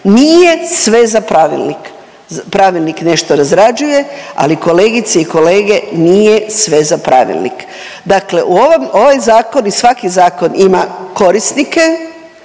Nije sve za pravilnik. Pravilnik nešto razrađuje, ali kolegice i kolege nije sve za pravilnik. Dakle ovaj zakon i svaki zakon ima korisnike